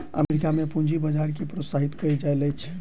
America में पूंजी बजार के प्रोत्साहित कयल जाइत अछि